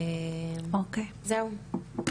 זהו.